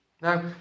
Now